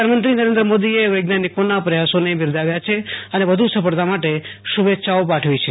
પ્રધાનમંત્રી નરેન્દ્ર મોદીએ વૈજ્ઞાનિકોના પ્રયાસોને બિરદાવ્યા છે અનેવધુ સફળતા માટે શુ ભે ચ્છાઓ પાઠવી છે